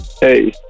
Hey